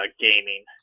gaming